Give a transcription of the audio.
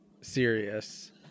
Serious